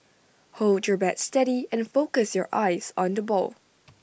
hold your bat steady and focus your eyes on the ball